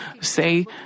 say